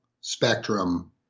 spectrum